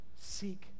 Seek